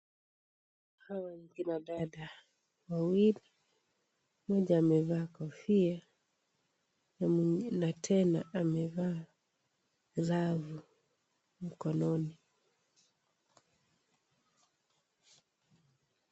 Hawa ni kina dada wawili, mmoja amevaa kofia na mwingine tena amevaa zavu mkononi.